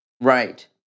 Right